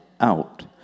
out